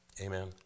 Amen